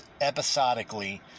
episodically